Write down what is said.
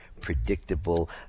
predictable